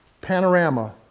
panorama